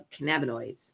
cannabinoids